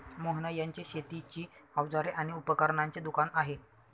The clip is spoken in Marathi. मोहन यांचे शेतीची अवजारे आणि उपकरणांचे दुकान आहे